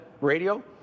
radio